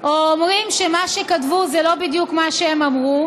או אומרים שמה שכתבו זה לא בדיוק מה שהם אמרו,